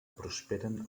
prosperen